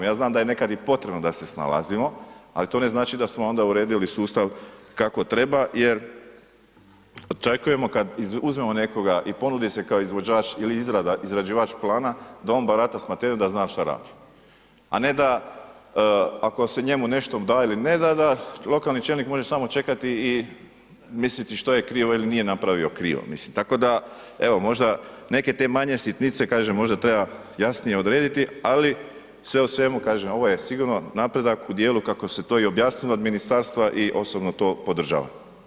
Ja znam da je nekad i potrebno da se snalazimo, ali to ne znači da smo onda uredili sustav kako treba jer očekujemo kad uzmemo nekoga i ponudi se kao izvođač ili izrađivač plana da on barata s materijom, da zna šta radi, a ne da ako se njemu nešto da ili ne da, da lokalni čelnik može samo čekati i misliti što je krivo ili nije napravio krivo, mislim, tako da evo možda te neke manje sitnice, kažem, možda treba jasnije odrediti, ali sve u svemu, kažem, ovo je sigurno napredak u dijelu kako se to i objasnilo od ministarstva i osobno to podržavam.